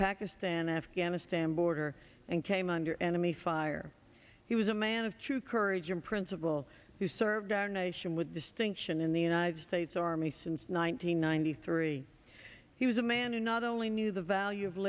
pakistan afghanistan border and came under enemy fire he was a man of true courage and principle who served our nation with distinction in the united states army since nine hundred ninety three he was a man who not only knew the value of